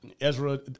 Ezra